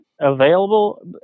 available